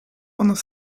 pendant